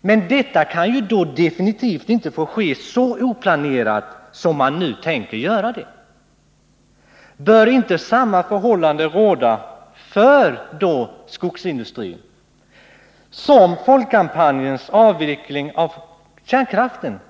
Men detta kan definitivt inte få ske så oplanerat som man nu tänker genomföra det. Bör inte samma förhållande råda för skogsindustrin som det som gäller för folkkampanjen för avveckling av kärnkraften?